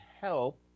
help